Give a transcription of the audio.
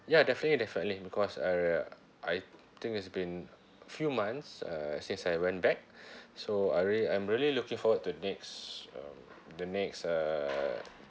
ya definitely definitely because uh I think it's been few months uh since I went back so I really I'm really looking forward to next um the next uh